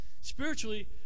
spiritually